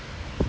I don't know